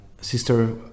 sister